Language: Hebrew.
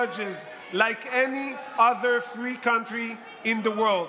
like any other free country in the world.